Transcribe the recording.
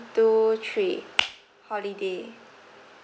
two three holiday